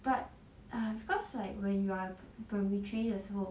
but err because like when you are primary three 的时候